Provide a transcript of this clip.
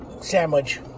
sandwich